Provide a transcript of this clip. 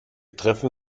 treffen